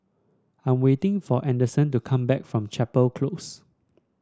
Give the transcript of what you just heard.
I am waiting for Adyson to come back from Chapel Close